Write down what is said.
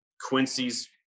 Quincy's